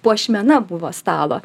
puošmena buvo stalo